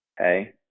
Okay